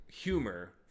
humor